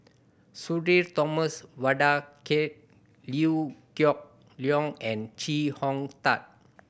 Sudhir Thomas Vadaketh Liew Geok Leong and Chee Hong Tat